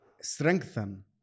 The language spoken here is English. strengthen